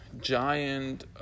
giant